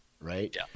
right